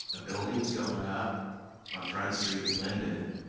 ah building going up on front street in lyndon.